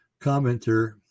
commenter